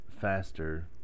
faster